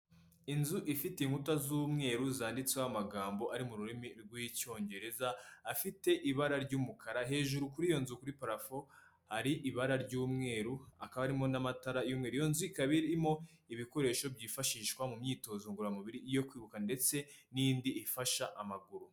Inzu ifite inkuta z'umweru zanditseho amagambo ari mu rurimi rw'icyongereza afite ibara ry'umukara hejuru kuri iyo nzu kuri parafo ari ibara ry'umweru .Hakaba harimo n'amatara y'umweru hakaba harimo ibikoresho byifashishwa mu myitozo ngoramubiri yo kwibuka ndetse n'indi ifasha amaguru.